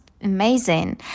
amazing